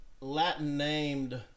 Latin-named